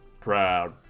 Proud